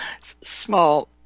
small